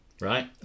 Right